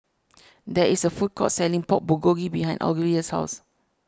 there is a food court selling Pork Bulgogi behind Olivia's house